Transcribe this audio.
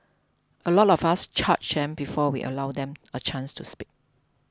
a lot of us judge them before we allow them a chance to speak